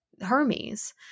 Hermes